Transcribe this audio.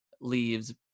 leaves